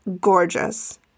Gorgeous